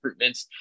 recruitments